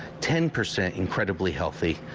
ten percent incredibly healthy,